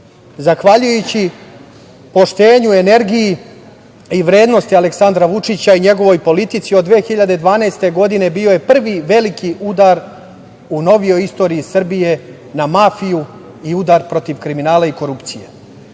Zahvaljujući poštenju, energiji i vrednosti Aleksandra Vučića i njegovoj politici od 2012. godine, bio je prvi veliki udar u novijoj istoriji Srbije na mafiju i udar protiv kriminala i korupcije. Uskoro